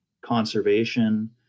conservation